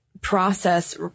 process